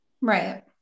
right